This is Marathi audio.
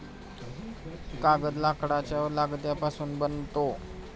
कागद लाकडाच्या लगद्यापासून बनतो